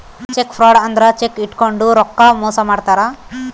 check fraud ಅಂದ್ರ cheque ಇಟ್ಕೊಂಡು ರೊಕ್ಕ ಮೋಸ ಮಾಡ್ತಾರ